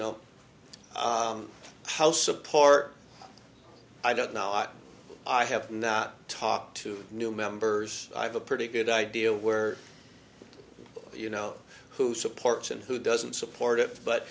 know how support i don't know i have not talked to new members i have a pretty good idea where you know who supports and who doesn't support it